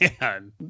Man